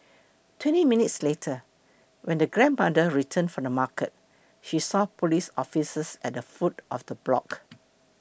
twenty minutes later when the grandmother returned from the market she saw police officers at the foot of the block